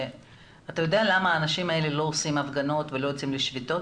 אתה יודע למה האנשים האלה לא עושים הפגנות לא יוצאים לשביתות?